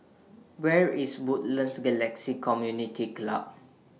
Where IS Woodlands Galaxy Community Club